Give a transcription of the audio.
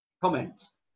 comments